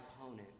opponent